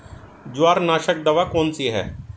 जवारनाशक दवा कौन सी है?